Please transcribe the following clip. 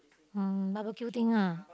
um barbecue thing lah